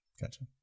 Gotcha